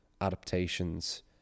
adaptations